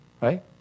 right